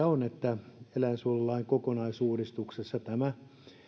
on että eläinsuojelulain kokonaisuudistuksessa tämä